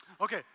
Okay